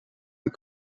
een